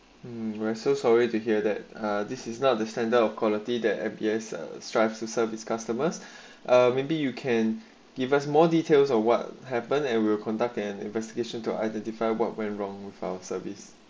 mm we are sorry to hear that uh this is not the standard of quality that appears strives to serve its customers or maybe you can give us more details of what happened and we will conduct an investigation to identify what went wrong found service